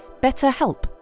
BetterHelp